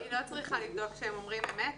היא לא צריכה לבדוק שהם אומרים אמת.